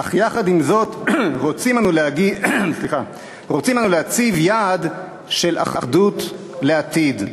אך יחד עם זאת רוצים אנו להציב יעד של אחדות לעתיד.